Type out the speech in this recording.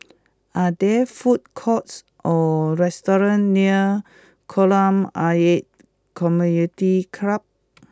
are there food courts or restaurants near Kolam Ayer Community Club